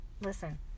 listen